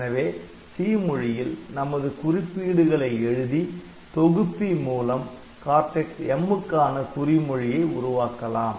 எனவே 'C' மொழியில் நமது குறிப்பீடுகளை எழுதி தொகுப்பி மூலம் Cortex M க்கான குறி மொழியை உருவாக்கலாம்